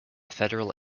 federal